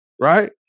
right